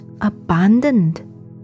abandoned